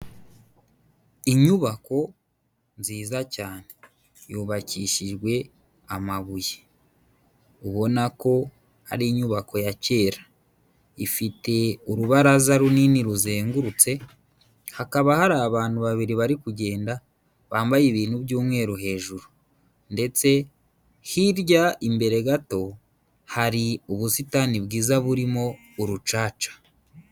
Inyubako nziza cyane yubakishijwe amabuye, ubona ko ari inyubako ya kera, ifite urubaraza runini ruzengurutse, hakaba hari abantu babiri bari kugenda bambaye ibintu by'umweru hejuru ndetse hirya imbere gato hari ubusitani bwiza burimo urucaca.